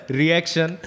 reaction